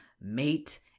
mate